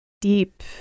deep